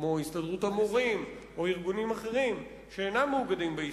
כמו הסתדרות המורים או ארגונים אחרים שאינם מאוגדים בהסתדרות.